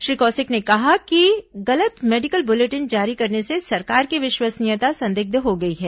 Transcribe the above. श्री कौशिक ने कहा कि गलत मेडिकल बुलेटिन जारी करने से सरकार की विश्वसनीयता संदिग्ध हो गई है